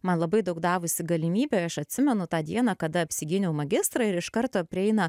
man labai daug davusi galimybė aš atsimenu tą dieną kada apsigyniau magistrą ir iš karto prieina